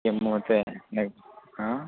ಕೆಮ್ಮು ಮತ್ತು ನೆಗ್ ಹಾಂ